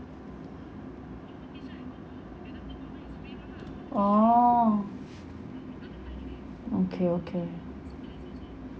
oh okay okay